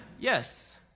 Yes